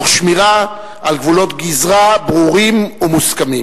תוך שמירה על גבולות גזרה ברורים ומוסכמים.